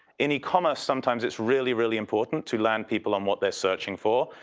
any commas, sometimes it's really, really important to land people on what they are searching for,